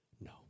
No